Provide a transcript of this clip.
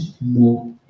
more